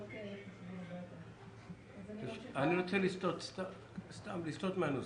אני רוצה לסטות מהנושא.